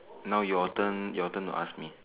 now your turn your turn to ask me